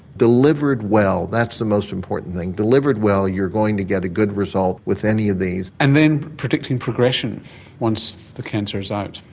delivered well that's the most important thing, delivered well you're going to get a good result with any of these. and then predicting progression once the cancer is out.